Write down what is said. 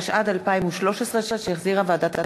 התשע"ד 2013, שהחזירה ועדת הכספים.